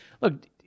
look